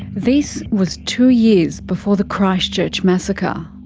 this was two years before the christchurch massacre.